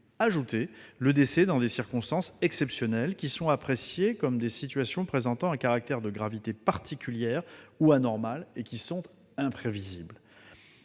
inclure le décès « dans des circonstances exceptionnelles », appréciées comme des situations présentant un caractère de gravité particulière ou anormale et imprévisibles.